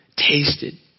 tasted